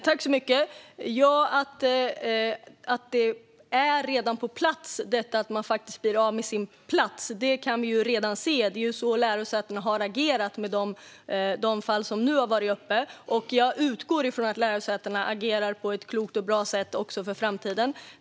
Fru talman! Det är redan på plats, detta att man blir av med sin plats. Det kan vi redan se. Det är så lärosätena har agerat i de fall som nu har varit uppe, och jag utgår från att lärosätena agerar på ett klokt och bra sätt också i framtiden.